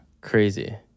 Crazy